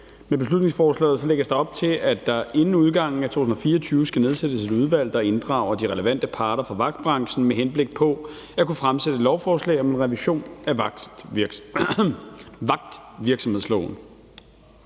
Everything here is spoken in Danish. Med beslutningsforslaget lægges der op til, at der inden udgangen af 2024 skal nedsættes et udvalg, der inddrager de relevante parter fra vagtbranchen med henblik på at kunne fremsætte et lovforslag om en revision af vagtvirksomhedsloven.